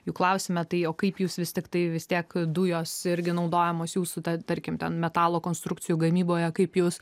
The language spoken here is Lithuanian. jų klausiame tai o kaip jūs vis tiktai vis tiek dujos irgi naudojamos jūsų ta tarkim ten metalo konstrukcijų gamyboje kaip jūs